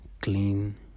clean